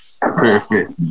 Perfect